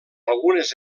algunes